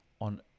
on